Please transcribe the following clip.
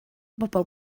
bobl